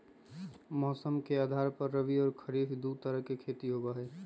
मौसम के आधार पर रबी और खरीफ दु तरह के खेती होबा हई